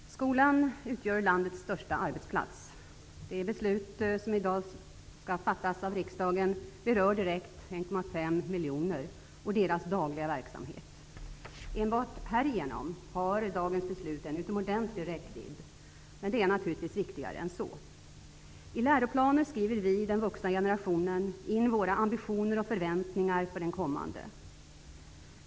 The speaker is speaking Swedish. Herr talman! Skolan utgör landets största arbetsplats. Det beslut som i dag skall fattas berör direkt 1,5 miljoner människor och deras dagliga verksamhet. Enbart härigenom har dagens beslut en utomordentlig räckvidd. Men det är naturligtvis viktigare än så. I läroplaner skriver vi, den vuxna generationen, in våra ambitioner och förväntningar för den kommande.